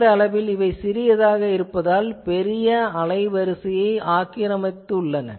நேர அளவில் சிறியதாக இருப்பதால் அவை பெரிய அலைவரிசையை ஆக்கிரமித்துள்ளன